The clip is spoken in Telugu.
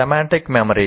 semantic memory